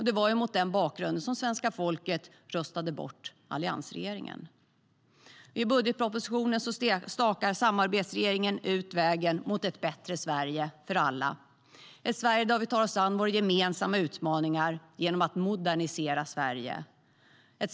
Det var mot den bakgrunden som svenska folket röstade bort alliansregeringen.I budgetpropositionen stakar samarbetsregeringen ut vägen mot ett bättre Sverige för alla, ett Sverige där vi tar oss an våra gemensamma utmaningar genom att modernisera landet.